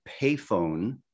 payphone